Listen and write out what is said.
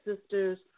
sisters